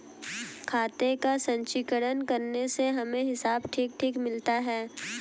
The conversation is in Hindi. खाते का संचीकरण करने से हमें हिसाब ठीक ठीक मिलता है